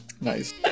Nice